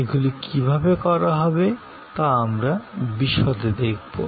এগুলি কীভাবে করা হবে তা আমরা বিশদে দেখব